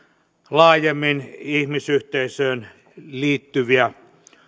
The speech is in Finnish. laajemmin ihmisyhteisöön liittyviä